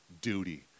duty